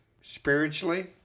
spiritually